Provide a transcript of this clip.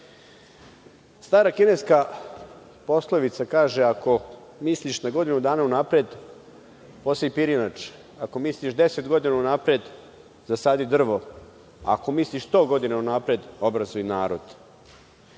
kineska poslovica kaže – ako misliš na godinu dana unapred, posej pirinač, ako mislih deset godina unapred, zasadi drvo, ako mislih sto godina unapred, obrazuj narod.